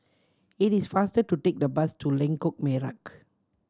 it is faster to take the bus to Lengkok Merak